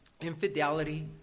infidelity